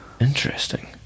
interesting